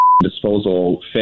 disposal